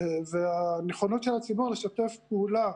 והנכונות של הציבור לשתף פעולה